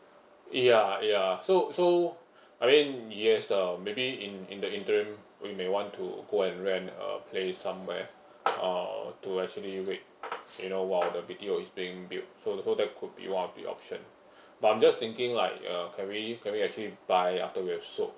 ya ya so so I mean yes uh maybe in in the interim we may want to go and rent a place somewhere uh to actually wait you know while the B_T_O is being built so the whole that could be one of the option but I'm just thinking like uh can we can we actually buy after we have sold